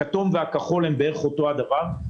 הכתום והכחול הם בערך אותו דבר,